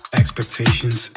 expectations